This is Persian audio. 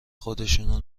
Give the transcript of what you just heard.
خودشونو